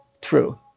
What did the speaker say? true